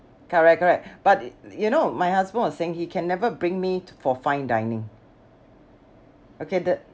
correct correct but you know my husband was saying he can never bring me to for fine dining okay the